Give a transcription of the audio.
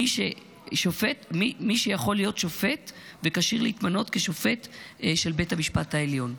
מי שיכול להיות שופט וכשיר להתמנות כשופט של בית המשפט העליון.